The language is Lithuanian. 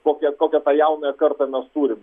kokią kokią tą jaunąją kartą mes turim